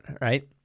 right